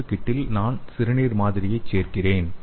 மற்றொரு கிட்டில் நான் சிறுநீர் மாதிரியைச் சேர்க்கிறேன்